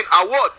Award